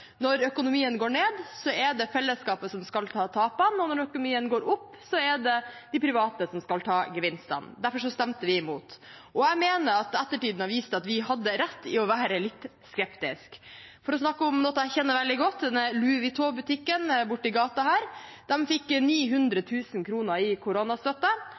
når økonomien går ned, er det fellesskapet som skal ta tapene, og når økonomien går opp, er det de private som skal ta gevinstene. Derfor stemte vi imot. Jeg mener at ettertiden har vist at vi gjorde rett i å være litt skeptisk. For å snakke om noe jeg kjenner veldig godt: Den Louis Vuitton-butikken borte i gaten her fikk 900 000 kr i koronastøtte,